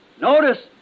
Notice